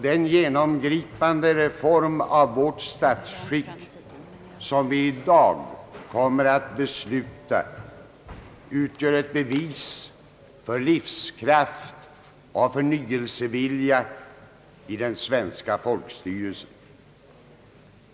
Den genomgripande reform av vårt statsskick som vi i dag kommer att besluta utgör ett bevis för livskraft och förnyelsevilja i den svenska folkstyrelsen.